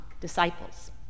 disciples